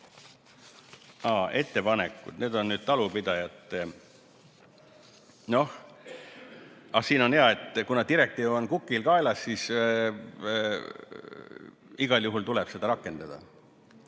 ettepaneku. See on talupidajatelt. Siin on nii, et kuna direktiiv on kukil kaelas, siis igal juhul tuleb seda rakendada.